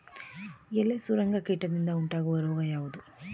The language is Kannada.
ಎಲೆ ಸುರಂಗ ಕೀಟದಿಂದ ಉಂಟಾಗುವ ರೋಗ ಯಾವುದು?